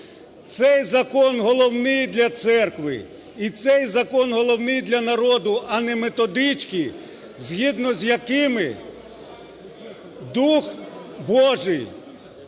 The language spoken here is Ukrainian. Цей закон головний для церкви. І цей закон головний для народу, а не методички, згідно з якими Дух Божий